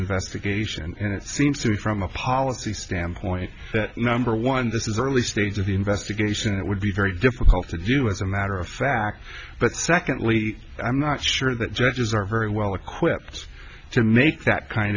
investigation and it seems to me from a policy standpoint that number one this is early stage of the investigation it would be very difficult to do as a matter of fact but secondly i'm not sure that judges are very well equipped to make that kind